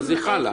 אז היא חלה.